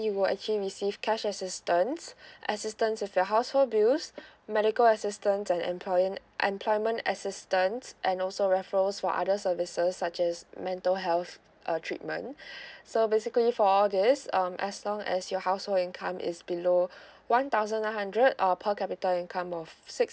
you will actually receive cash assistance assistance with your household bills medical assistance and employme~ employment assistance and also raffles for other services such as mental health uh treatment so basically for all this um as long as your household income is below one thousand nine hundred or per capita income of six